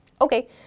Okay